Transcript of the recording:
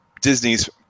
Disney's